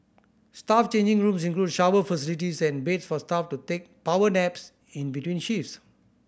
staff changing rooms include shower facilities and beds for staff to take power naps in between shifts